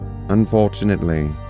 Unfortunately